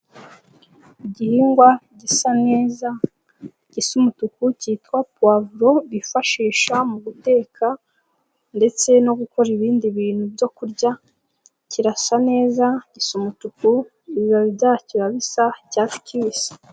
Igihingwa gisa neza, gisa umutuku cyitwa puwavuro bifashisha mu guteka ndetse no gukora ibindi bintu byo kurya. Kirasa neza gisa umutuku, ibibabi byacyo bisa icyatsi kibisi.